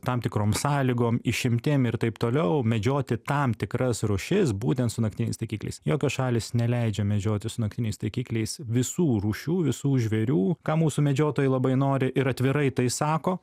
tam tikrom sąlygom išimtim ir taip toliau medžioti tam tikras rūšis būtent su naktiniais taikikliais jokios šalys neleidžia medžioti su naktiniais taikikliais visų rūšių visų žvėrių ką mūsų medžiotojai labai nori ir atvirai tai sako